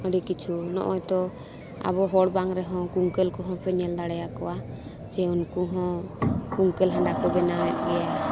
ᱟᱹᱰᱤ ᱠᱤᱪᱷᱩ ᱱᱚᱜᱼᱚᱭ ᱛᱳ ᱟᱵᱚ ᱦᱚᱲ ᱵᱟᱝ ᱨᱮᱦᱚᱸ ᱠᱩᱝᱠᱟᱹᱞ ᱠᱚᱦᱚᱸ ᱯᱮ ᱧᱮᱞ ᱫᱟᱲᱮᱭᱟᱠᱚᱣᱟ ᱡᱮ ᱩᱱᱠᱩ ᱦᱚᱸ ᱠᱩᱝᱠᱟᱹᱞ ᱦᱟᱸᱰᱟ ᱠᱚ ᱵᱮᱱᱟᱣᱮᱫ ᱜᱮᱭᱟ